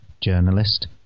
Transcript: journalist